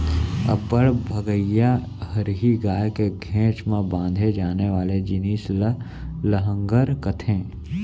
अब्बड़ भगइया हरही गाय के घेंच म बांधे जाने वाले जिनिस ल लहँगर कथें